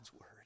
word